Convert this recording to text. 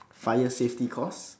fire safety course